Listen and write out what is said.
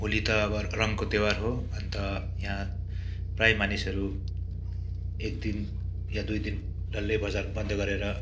होली त अब रङको तिहार हो अन्त यहाँ प्रायः मानिसहरू एक दिन या दुई दिन डल्लै बजार बन्द गरेर